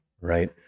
right